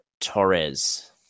Torres